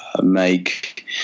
make